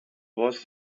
was